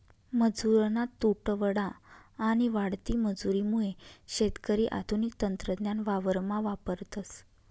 मजुरना तुटवडा आणि वाढती मजुरी मुये शेतकरी आधुनिक तंत्रज्ञान वावरमा वापरतस